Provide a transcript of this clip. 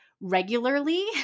regularly